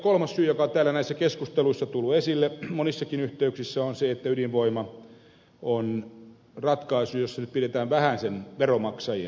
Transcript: kolmas syy joka on täällä näissä keskusteluissa tullut esille monissakin yhteyksissä on se että ydinvoima on ratkaisu jossa nyt pidetään vähäsen veronmaksajien puolta